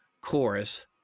chorus